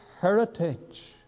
heritage